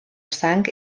sang